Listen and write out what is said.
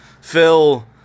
Phil